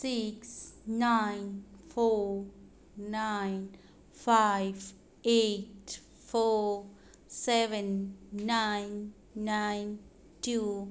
six nine four nine five eight four seven nine nine two